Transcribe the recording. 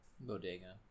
Bodega